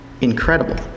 incredible